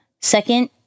Second